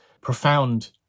profound